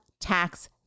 tax